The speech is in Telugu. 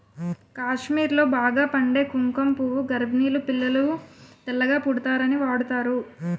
కాశ్మీర్లో బాగా పండే కుంకుమ పువ్వు గర్భిణీలు పిల్లలు తెల్లగా పుడతారని వాడుతారు